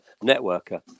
networker